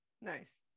nice